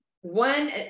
One